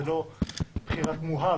זו לא בחירה תמוהה,